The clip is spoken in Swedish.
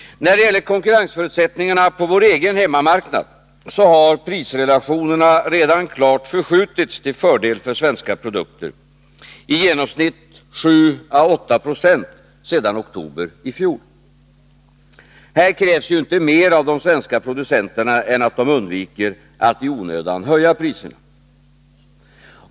När det gäller konkurrensförutsättningarna på vår egen hemmamarknad har prisrelationerna redan klart förskjutits till fördel för svenska produkter, i genomsnitt 7-8 20 sedan oktober i fjol. Här krävs det inte mer av de svenska producenterna än att de undviker att i onödan höja priserna.